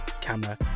camera